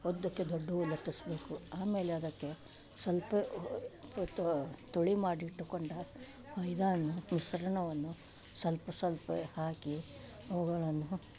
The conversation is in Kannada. ಉದ್ದಕೆ ದೊಡ್ಡುವ ಲಟ್ಟಿಸ್ಬೇಕು ಆಮೇಲೆ ಅದಕ್ಕೆ ಸ್ವಲ್ಪ ಹೊತ್ತು ತುಳಿ ಮಾಡಿಟ್ಟುಕೊಂಡ ಮೈದಾವನ್ನ ಮಿಶ್ರಣವನ್ನು ಸ್ವಲ್ಪ ಸ್ವಲ್ಪವೇ ಹಾಕಿ ಅವುಗಳನ್ನು